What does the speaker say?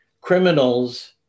criminals